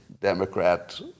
Democrat